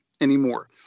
anymore